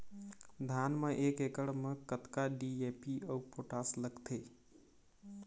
धान म एक एकड़ म कतका डी.ए.पी अऊ पोटास लगथे?